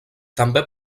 també